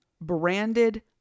branded